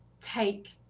take